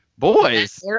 boys